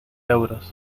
euros